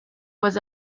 was